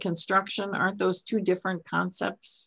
construction are those two different concepts